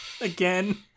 again